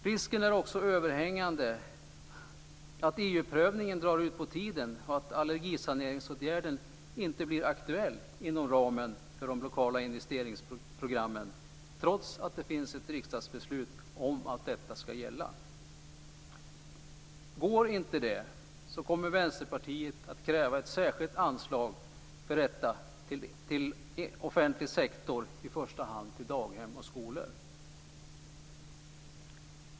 Risken är också överhängande att EU-prövningen drar ut på tiden och att allergisaneringsåtgärden inte blir aktuell inom ramen för de lokala investeringsprogrammen, trots att det finns ett riksdagsbeslut om att detta ska gälla. Blir det så, så kommer Vänsterpartiet att kräva ett särskilt anslag för detta till offentlig sektor - i första hand till daghem och skolor.